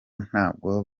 ntabwo